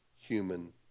human